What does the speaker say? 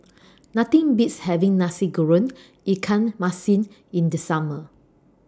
Nothing Beats having Nasi Goreng Ikan Masin in The Summer